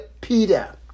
Peter